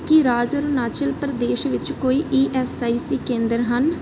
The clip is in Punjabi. ਕੀ ਰਾਜ ਅਰੁਣਾਚਲ ਪ੍ਰਦੇਸ਼ ਵਿੱਚ ਕੋਈ ਈ ਐੱਸ ਆਈ ਸੀ ਕੇਂਦਰ ਹਨ